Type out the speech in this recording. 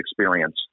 experience